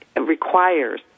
requires